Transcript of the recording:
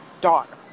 daughter